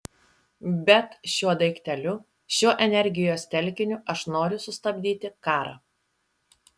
bet šiuo daikteliu šiuo energijos telkiniu aš noriu sustabdyti karą